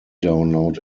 download